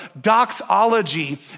doxology